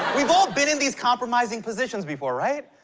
we've all been in these compromising positions before, right?